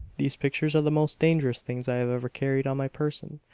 these pictures are the most dangerous things i have ever carried on my person.